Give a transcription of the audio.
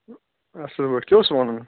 اَصٕل پٲٹھۍ کیٛاہ اوسُو وَنُن